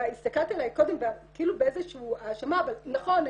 הסתכלת עליי קודם כאילו באיזשהו האשמה אבל נכון,